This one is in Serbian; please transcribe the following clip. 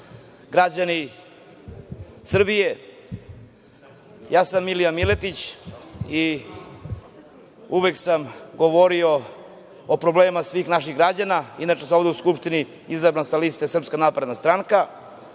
građani Srbije, ja sam Milija Miletić i uvek sam govorio o problemima svih naših građana. Inače sam ovde u Skupštini izabran sa liste SNS i predstavljam